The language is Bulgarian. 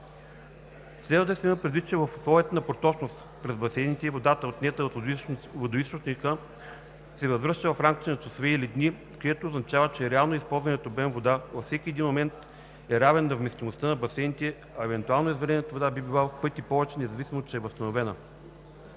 Следва да се има предвид, че в условията на проточност през басейните водата, отнета от водоизточника, се възвръща в рамките на часове или дни, което означава, че реално използваният обем вода във всеки един момент е равен на вместимостта на басейните, а евентуално измерената вода би била в пъти повече, независимо че е възстановена.